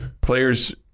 players